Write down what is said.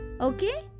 okay